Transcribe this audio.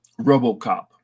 RoboCop